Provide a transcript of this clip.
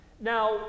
Now